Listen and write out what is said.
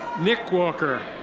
nick walker.